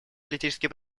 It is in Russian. политические